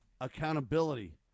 accountability